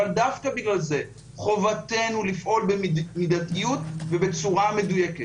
אבל דווקא בגלל זה חובתנו לפעול במידתיות ובצורה מדויקת.